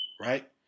right